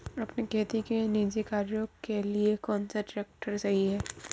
अपने खेती के निजी कार्यों के लिए कौन सा ट्रैक्टर सही है?